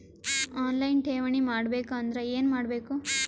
On line ಠೇವಣಿ ಮಾಡಬೇಕು ಅಂದರ ಏನ ಮಾಡಬೇಕು?